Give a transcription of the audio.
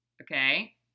Okay